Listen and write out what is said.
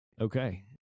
Okay